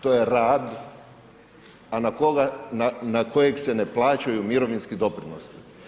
To je rad na kojeg se ne plaćaju mirovinski doprinosi.